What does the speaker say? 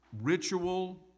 ritual